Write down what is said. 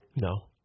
No